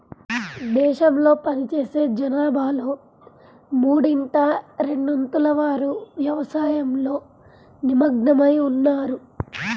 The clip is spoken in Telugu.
దేశంలో పనిచేసే జనాభాలో మూడింట రెండొంతుల వారు వ్యవసాయంలో నిమగ్నమై ఉన్నారు